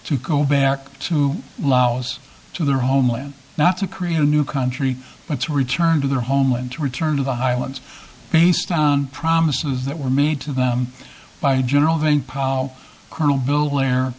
to go back to laos to their homeland not to create a new country let's return to their homeland to return to the highlands based on promises that were made to them by general vang pao colonel bill bla